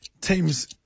teams